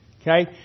Okay